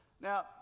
now